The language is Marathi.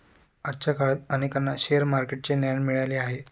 आजच्या काळात अनेकांना शेअर मार्केटचे ज्ञान मिळाले आहे